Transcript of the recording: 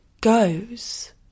goes